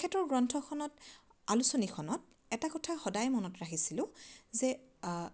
তেখেতৰ গ্ৰন্থখনত আলোচনীখনত এটা কথা সদায় মনত ৰাখিছিলোঁ যে আ